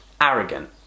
arrogant